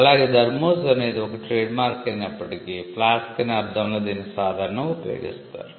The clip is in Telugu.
అలాగే థర్మోస్ అనేది ఒక ట్రేడ్మార్క్ అయినప్పటికీ ఫ్లాస్క్ అనే అర్ధంలో దీనిని సాధారణంగా ఉపయోగిస్తారు